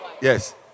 Yes